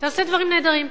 אתה עושה דברים נהדרים,